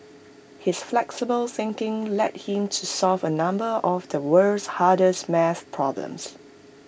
his flexible thinking led him to solve A number of the world's hardest math problems